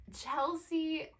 Chelsea